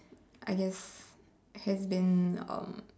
I guess has been um